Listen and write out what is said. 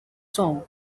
song